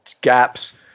gaps